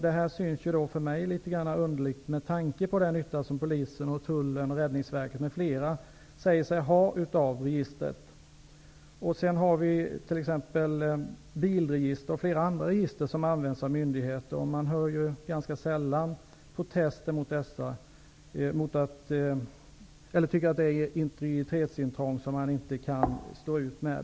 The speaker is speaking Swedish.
Detta synes för mig vara litet underligt med tanke på den nytta som polisen, tullen, Räddningsverket m.fl. säger sig ha av registret. Vi har ju t.ex. bilregistret och fler andra register som används av myndigheter. Man hör ganska sällan protester mot dessa eller tycker att det är ett integritetsintrång som man inte kan stå ut med.